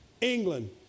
England